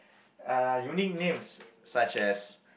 uh unique names such as